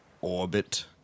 Orbit